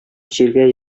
җиргә